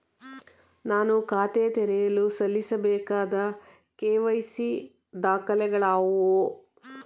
ನಾನು ಖಾತೆ ತೆರೆಯಲು ಸಲ್ಲಿಸಬೇಕಾದ ಕೆ.ವೈ.ಸಿ ದಾಖಲೆಗಳಾವವು?